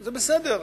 זה בסדר: